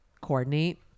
coordinate